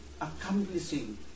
accomplishing